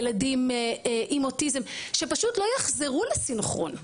ילדים עם אוטיזם שפשוט לא יחזרו לסנכרון.